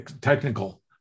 technical